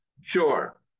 sure